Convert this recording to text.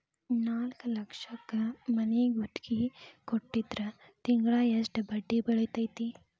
ನಾಲ್ಕ್ ಲಕ್ಷಕ್ ಮನಿ ಗುತ್ತಿಗಿ ಕೊಟ್ಟಿದ್ರ ತಿಂಗ್ಳಾ ಯೆಸ್ಟ್ ಬಡ್ದಿ ಬೇಳ್ತೆತಿ?